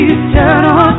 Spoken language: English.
eternal